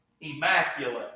immaculate